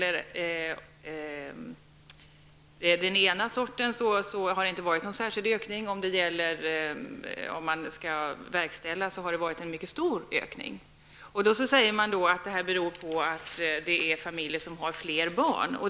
I det ena avseendet har det inte varit någon ökning, men i fråga om verkställigheten har det varit en mycket stor ökning. Man säger att detta beror på att det är fråga om familjer med fler barn.